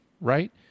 right